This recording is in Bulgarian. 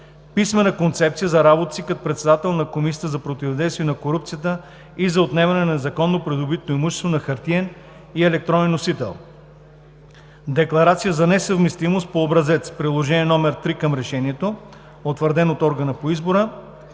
писмена концепция за работата си като председател на Комисията за противодействие на корупцията и за отнемане на незаконно придобитото имущество на хартиен и електронен носител; – декларация за несъвместимост по образец – Приложение № 3 към Решението, утвърден от органа по избора.